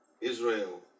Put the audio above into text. Israel